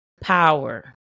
power